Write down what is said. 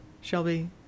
Shelby